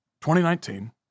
2019